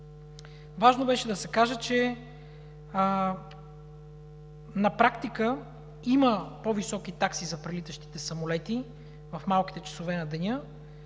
Важно беше да се каже, че на практика има по-високи такси за прелитащите самолети в малките часове на деня,